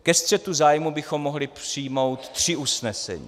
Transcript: Ke střetu zájmů bychom mohli přijmout tři usnesení.